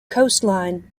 coastline